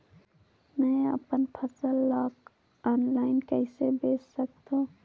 मैं अपन फसल ल ऑनलाइन कइसे बेच सकथव?